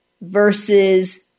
versus